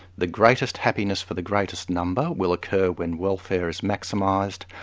the greatest happiness for the greatest number will occur when welfare is maximised,